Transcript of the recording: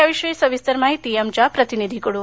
याविषयी सविस्तर माहिती आमच्या प्रतिनिधीकडून